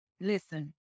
listen